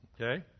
Okay